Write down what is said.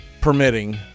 permitting